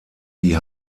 die